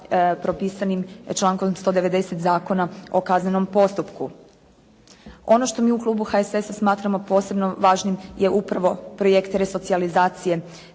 propisanim člankom 190. Zakona o kaznenom postupku. Ono što mi u klubu HSS-a smatramo posebno važnim je upravo projekt resocijalizacije